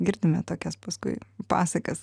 girdime tokias paskui pasakas